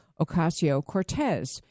Ocasio-Cortez